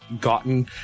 gotten